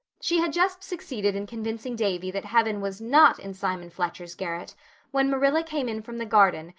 she had just succeeded in convincing davy that heaven was not in simon fletcher's garret when marilla came in from the garden,